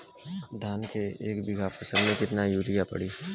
धान के एक बिघा फसल मे कितना यूरिया पड़ी?